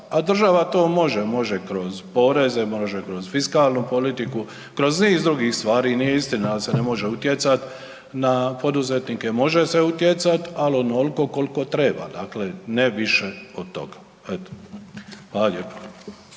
a država to može, može kroz poreze, može kroz fiskalnu politiku, kroz niz drugih stvari, nije istina da se ne može utjecati na poduzetnike, može se utjecat ali onoliko koliko treba, dakle ne više od toga. Eto, hvala lijepo.